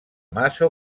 massa